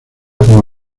como